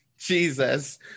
Jesus